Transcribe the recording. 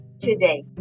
Today